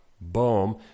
boom